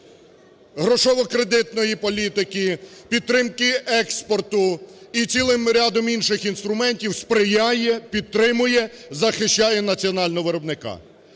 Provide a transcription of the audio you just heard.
грошово-кредитної політики, підтримки експорту і цілим рядом інших інструментів сприяє, підтримує, захищає національного виробника.